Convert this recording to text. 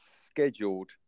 scheduled